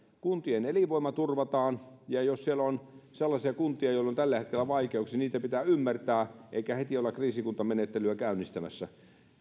kuntien elinvoima turvataan ja jos siellä on sellaisia kuntia joilla on tällä hetkellä vaikeuksia niitä pitää ymmärtää eikä heti olla kriisikuntamenettelyä käynnistämässä